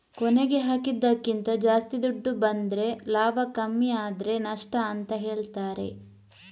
ಕೊನೆಗೆ ಹಾಕಿದ್ದಕ್ಕಿಂತ ಜಾಸ್ತಿ ದುಡ್ಡು ಬಂದ್ರೆ ಲಾಭ ಕಮ್ಮಿ ಆದ್ರೆ ನಷ್ಟ ಅಂತ ಹೇಳ್ತಾರೆ